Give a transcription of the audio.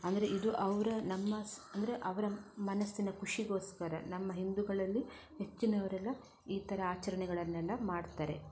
ಅಂದರೆ ಇದು ಅವರ ನಮ್ಮ ಅಂದರೆ ಅವರ ಮನಸ್ಸಿನ ಖುಷಿಗೋಸ್ಕರ ನಮ್ಮ ಹಿಂದೂಗಳಲ್ಲಿ ಹೆಚ್ಚಿನವರೆಲ್ಲ ಈ ಥರ ಆಚರಣೆಗಳನ್ನೆಲ್ಲ ಮಾಡ್ತಾರೆ